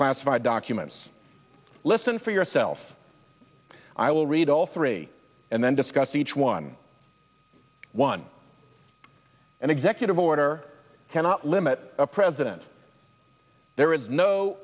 classified documents listen for yourself i will read all three and then discuss each one one an executive order cannot limit a president there is no